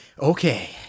Okay